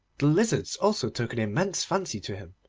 lizards also took an immense fancy to him,